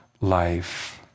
life